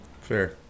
Fair